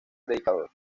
predicador